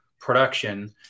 production